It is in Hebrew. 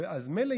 אז מילא,